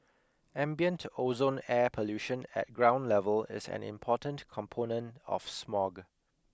ambient ozone air pollution at ground level is an important component of smog